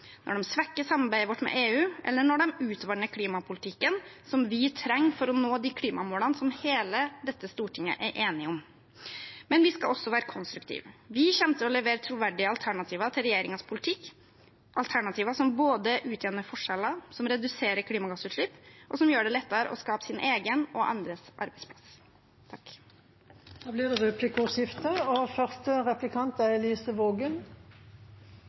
når de svekker samarbeidet vårt med EU, eller når de utvanner klimapolitikken vi trenger for å nå de klimamålene som hele Stortinget er enige om. Men vi skal også være konstruktive. Vi kommer til å levere troverdige alternativer til regjeringens politikk, alternativer som både utjevner forskjeller, reduserer klimagassutslipp og gjør det lettere å skape sin egen og andres arbeidsplass. Det blir replikkordskifte. Representanten Melby var selv i innlegget sitt innom barnehagepriser, og